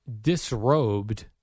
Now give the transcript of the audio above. disrobed